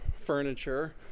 furniture